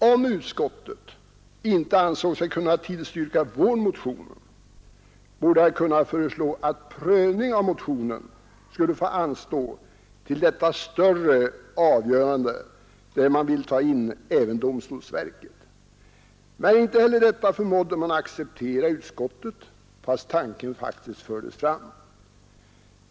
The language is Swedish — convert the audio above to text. Om utskottet inte ansåg sig kunna tillstyrka vår motion, borde det ha kunnat föreslå att prövningen av motionen skulle fått anstå till detta större avgörande, där man även vill ta in domstolsverket. Men inte heller detta förmådde utskottet acceptera, trots att tanken faktiskt fördes fram.